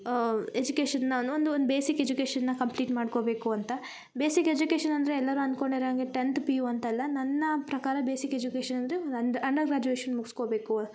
education ನಾನು ಒಂದು ಒಂದು ಬೇಸಿಕ್ ಎಜುಕೇಶನ್ನ ಕಂಪ್ಲೀಟ್ ಮಾಡ್ಕೊಬೇಕು ಅಂತ ಬೇಸಿಕ್ ಎಜುಕೇಶನ್ ಅಂದರೆ ಎಲ್ಲರು ಅಂದ್ಕೊಂಡಿರೊಂಗೆ ಟೆಂತ್ ಪಿ ಯು ಅಂತಲ್ಲ ನನ್ನ ಪ್ರಕಾರ ಬೇಸಿಕ್ ಎಜುಕೇಶನ್ ಅಂದರೆ ಒಂದು ಅಂಡ್ ಅಂಡರ್ ಗ್ರಾಜುಯೇಷನ್ ಮುಗ್ಸ್ಕೊಬೇಕು